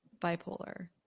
bipolar